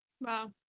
wow